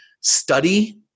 study